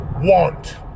want